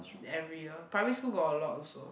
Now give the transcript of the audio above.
every year primary school got a lot also